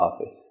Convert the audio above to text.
office